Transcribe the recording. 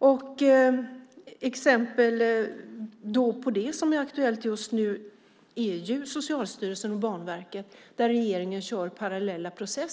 Ett exempel på det som är aktuellt just nu är Socialstyrelsen och Banverket, där regeringen kör parallella processer.